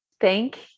Thank